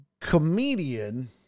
comedian